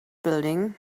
building